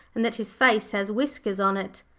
and that his face has whiskers on it.